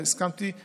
אני הסכמתי,